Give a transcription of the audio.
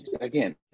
again